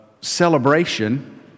celebration